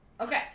okay